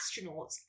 astronauts